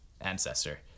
Ancestor